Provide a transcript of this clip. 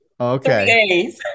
okay